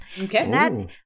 Okay